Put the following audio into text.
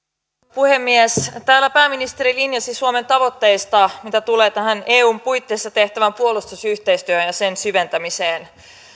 puhemies täällä pääministeri linjasi suomen tavoitteista mitä tulee tähän eun puitteissa tehtävään puolustusyhteistyöhön ja sen syventämiseen